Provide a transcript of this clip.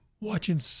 Watching